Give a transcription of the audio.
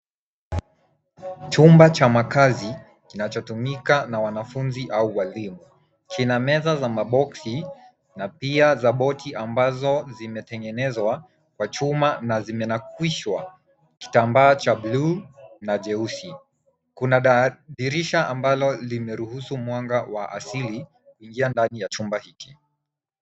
Chumba cha makazi kinachotumika na wanafunzi au walimu kina meza za maboksi na pia za boti ambazo zimetengenezwa kwa chuma na zimenakwishwa kitambaa cha buluu na jeusi. Kuna dirisha ambalo limeruhusu mwanga wa asili kuingia ndani ya chumba hiki.